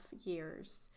years